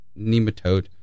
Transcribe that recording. nematode